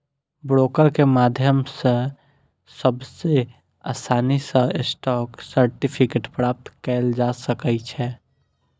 broker के माध्यम सं सबसं आसानी सं स्टॉक सर्टिफिकेट प्राप्त कैल जा सकै छै